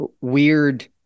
weird